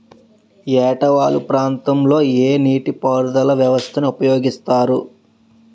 ఏట వాలు ప్రాంతం లొ ఏ నీటిపారుదల వ్యవస్థ ని ఉపయోగిస్తారు?